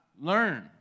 learn